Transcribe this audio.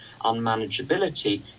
Unmanageability